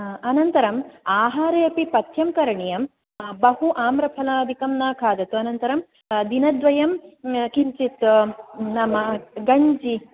अनन्तरम् आहारे अपि पथ्यं करणीयं बहु आम्रफलादिकं न खादतु अनन्तरं दिनद्वयं किञ्चित् नाम गन्जि